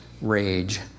rage